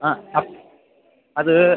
ആ അത്